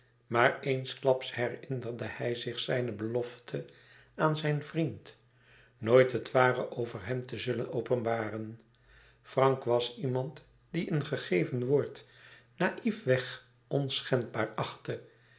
maar eensklaps herinnerde hij zich zijne belofte aan zijn vriend nooit het ware over hem te zullen openbaren frank was iemand die een gegeven woord naïfweg onschendbaar achtte